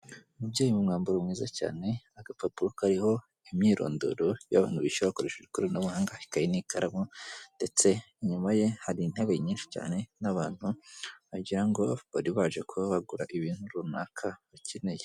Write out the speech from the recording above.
Umubyeyi uri mu mwambaro mwiza cyane, agapapuro kariho imyirondoro y'abantu bishyura bakoreshe ikoranabuhanga ikayi n'ikaramu ndetse inyuma ye hari intebe nyinshi cyane n'abantu wagirango bari baje kuba bagura ibintu runaka bakeneye.